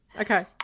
Okay